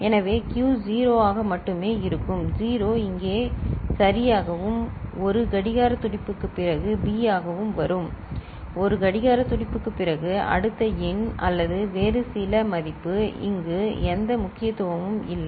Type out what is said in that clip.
எனவே Q 0 ஆக மட்டுமே இருக்கும் 0 இங்கே சரியாகவும் 1 கடிகார துடிப்புக்குப் பிறகு B ஆகவும் வரும் 1 கடிகார துடிப்புக்குப் பிறகு அடுத்த எண் அல்லது வேறு சில மதிப்பு இங்கு எந்த முக்கியத்துவமும் இல்லை